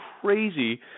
crazy